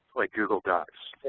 like google docs.